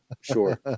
Sure